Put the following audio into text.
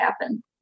happen